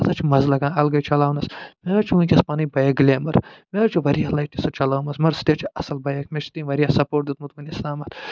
تَتھ حظ چھُ مَزٕ لَگان الگٕے چلاونس مےٚ حظ چھِ وٕنۍکٮ۪س پنٕنۍ بایک گٕلیمر مےٚ حظ چھُ وارِیاہ لٹہِ سُہ چلٲمٕژ مگر سُہ تہِ حظ چھِ اَصٕل بایک مےٚ چھِ تٔمۍ وارِیاہ سَپوٹ دیُمُت وٕنِس تامتھ